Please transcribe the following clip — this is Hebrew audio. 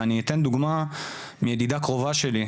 ואני אתן דוגמה מידידה קרובה שלי,